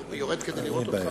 אני יורד כדי לראות אותך